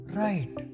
right